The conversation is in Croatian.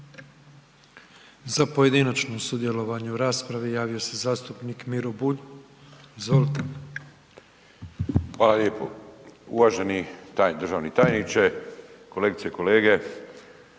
Za pojedinačno sudjelovanje u raspravi javio se zastupnik Miro Bulj. Izvolite. **Bulj, Miro (MOST)** Hvala lijepo. Uvaženi državni tajniče, kolegice i kolege.